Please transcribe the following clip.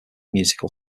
musical